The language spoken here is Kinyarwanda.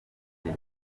gihe